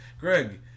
Greg